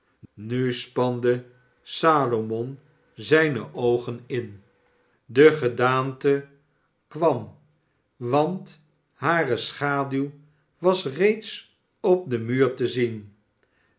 nu spande salomon zijne oogen in de gedaante kwam want hare schaduw was reeds op den muur te zien